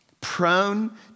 Prone